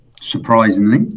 surprisingly